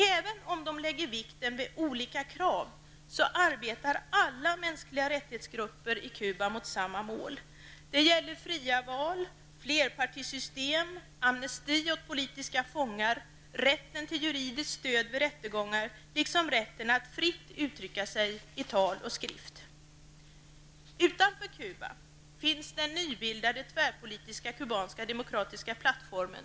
Även om de lägger vikten vid olika krav arbetar alla MR-grupper i Kuba mot samma mål. Det gäller fria val, flerpartisystem, amnesti åt politiska fångar, rätten till juridiskt stöd vid rättegångar liksom rätten att fritt uttrycka sig i tal och skrift. Utanför Kuba finns den nybildade, tvärpolitiska kubanska demokratiska plattformen.